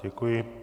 Děkuji.